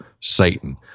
Satan